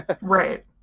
right